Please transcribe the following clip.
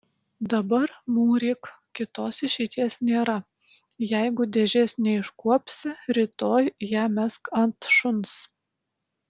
dabar mūryk kitos išeities nėra jeigu dėžės neiškuopsi rytoj ją mesk ant šuns